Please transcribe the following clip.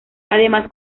además